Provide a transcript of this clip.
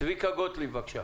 צביקה גוטליב, בבקשה.